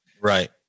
Right